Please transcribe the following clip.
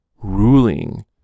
ruling